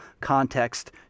context